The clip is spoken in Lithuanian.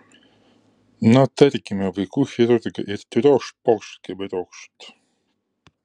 na tarkime vaikų chirurgą ir triokšt pokšt keberiokšt